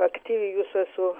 aktyvi jūsų visų